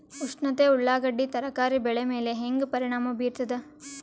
ಉಷ್ಣತೆ ಉಳ್ಳಾಗಡ್ಡಿ ತರಕಾರಿ ಬೆಳೆ ಮೇಲೆ ಹೇಂಗ ಪರಿಣಾಮ ಬೀರತದ?